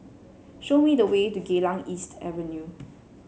show me the way to Geylang East Avenue